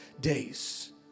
days